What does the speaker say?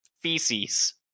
feces